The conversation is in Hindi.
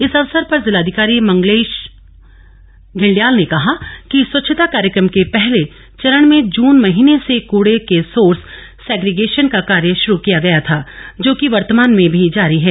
इस अवसर पर जिलाधिकारी मंगेश धिल्डियाल ने कहा कि स्वच्छता कार्यक्रम के पहले चरण में जून महीने से कूड़े के सोर्स सेग्रिगेशन का कार्य शुरू किया गया था जो कि वर्तमान में भी जारी है